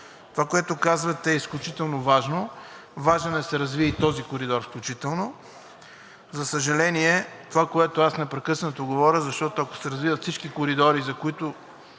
Това, което казвате, е изключително важно, важно е да се развие и този коридор включително. За съжаление, това, което непрекъснато говоря – ако се развиват всички коридори, от които